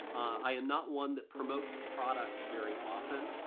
i am not one that promotes products very often.